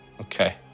Okay